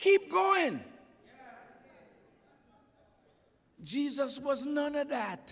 keep going jesus was none of that